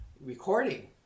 recording